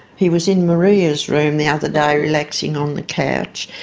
he was in maria's room the other day relaxing on the couch,